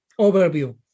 overview